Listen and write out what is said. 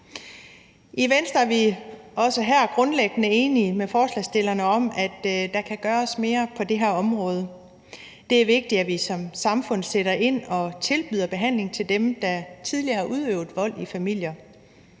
I Venstre er vi også her grundlæggende enige med forslagsstillerne om, at der kan gøres mere på det her område. Det er vigtigt, at vi som samfund sætter ind og tilbyder behandling til dem, der tidligere har udøvet vold i familier.